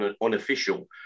unofficial